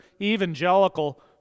evangelical